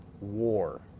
war